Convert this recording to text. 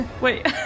Wait